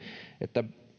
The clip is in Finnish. että